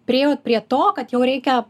priėjai vat prie to kad jau reikia